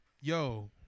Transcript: Yo